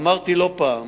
אמרתי לא פעם